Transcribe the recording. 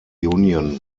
union